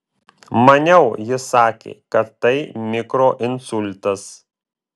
maniau jis sakė kad tai mikroinsultas